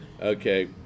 Okay